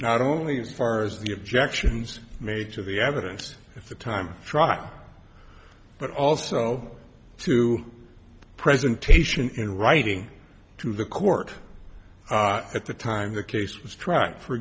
not only as far as the objections made to the evidence at the time trial but also to presentation in writing to the court at the time the case was tracked for